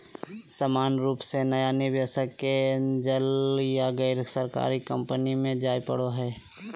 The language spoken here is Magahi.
सामान्य रूप से नया निवेशक के एंजल या गैरसरकारी कम्पनी मे जाय पड़ो हय